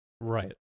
Right